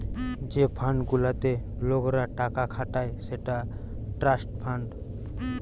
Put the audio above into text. যে ফান্ড গুলাতে লোকরা টাকা খাটায় সেটা ট্রাস্ট ফান্ড